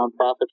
nonprofit